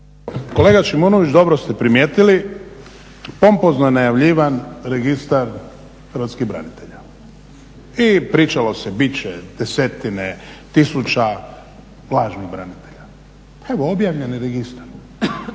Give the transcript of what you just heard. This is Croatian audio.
Kolega Šimunović, dobro ste primijetili. Pompozno je najavljivan Registar hrvatskih branitelja i pričalo se bit će desetine tisuća lažnih branitelja. Pa evo objavljen je registar.